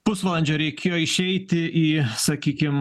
pusvalandžio reikėjo išeiti į sakykim